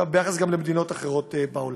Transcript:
גם בהשוואה למדינות אחרות בעולם.